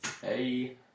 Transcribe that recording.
Hey